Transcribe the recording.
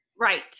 Right